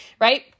right